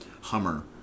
Hummer